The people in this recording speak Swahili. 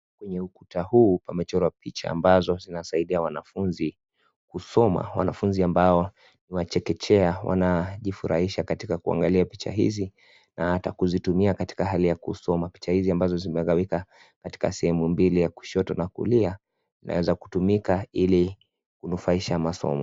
Kwenye ukuta huu pamechorwa picha ambazo zinasaidia wanafunzi kusoma. Wanafunzi ambao ni wa chekechea wanajifurahisha katika kuangalia picha hizi na hata kuzitumia katika hali ya kusoma. Picha hizi ambazo zimegawika katika sehemu mbili, ya kushoto na ya kulia, zinaweza kutumika ili kunufaisha masomo.